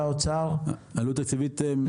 עלות תקציבית ממשלתית, למדינה.